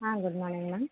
ah good morning ma'am